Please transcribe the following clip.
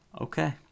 okay